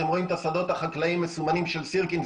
אתם רואים את השדות החקלאיים מסומנים, של סירקין.